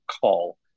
call